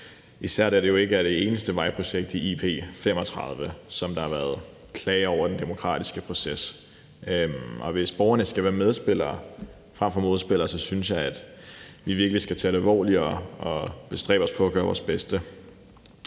især da det jo ikke er det eneste vejprojekt i IP-35, der har været klaget over med hensyn til den demokratiske proces. Hvis borgerne skal være medspillere frem for modspillere, synes jeg, vi virkelig skal tage det alvorligt og bestræbe os på at gøre vores bedste.